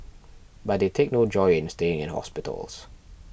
but they take no joy in staying in hospitals